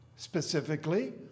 specifically